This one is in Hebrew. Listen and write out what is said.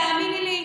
תאמיני לי.